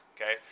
okay